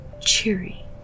cheery